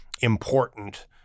important